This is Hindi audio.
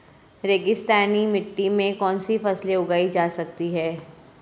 रेगिस्तानी मिट्टी में कौनसी फसलें उगाई जा सकती हैं?